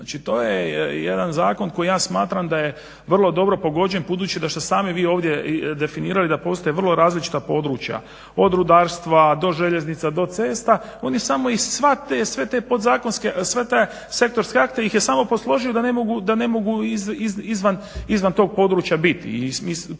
znači to je jedan zakon koji ja smatram da je vrlo dobro pogođen budući da ste sami vi ovdje definirali da postoje vrlo različita područja od rudarstva, do željeznica, do cesta, oni samo iz sva te, sve te podzakonske, sve te sektorske akte ih je samo posložio da ne mogu izvan tog područja biti,